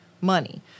money